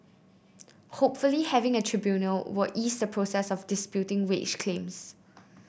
hopefully having a tribunal will ease the process of disputing wage claims